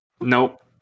Nope